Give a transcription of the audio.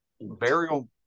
burial